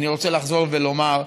אני רוצה לחזור ולומר,